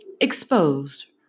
exposed